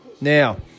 Now